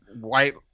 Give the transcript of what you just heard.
white